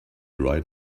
right